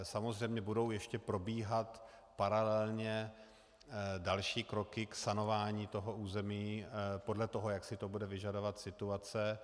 Samozřejmě budou ještě probíhat paralelně další kroky k sanování území podle toho, jak si to bude vyžadovat situace.